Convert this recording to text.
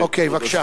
תודה,